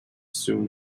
soon